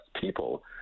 people